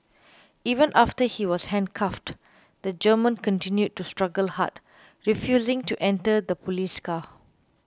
even after he was handcuffed the German continued to struggle hard refusing to enter the police car